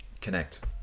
connect